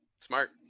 smart